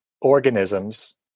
organisms